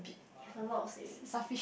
you have a lot of savings